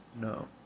no